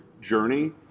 journey